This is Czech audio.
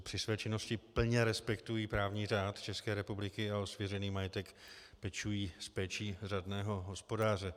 Při své činnosti plně respektují právní řád České republiky a o svěřený majetek pečují s péčí řádného hospodáře.